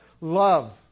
love